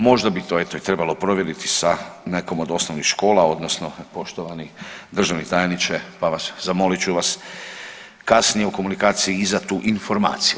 Možda bi to eto i trebalo provjeriti sa nekom od osnovnih škola odnosno poštovani državni tajniče pa vas, zamolit ću vas kasnije u komunikaciji i za tu informaciju.